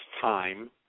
time